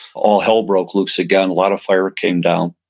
all hell broke loose again. a lot of fire came down.